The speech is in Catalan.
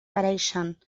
pareixen